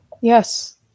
Yes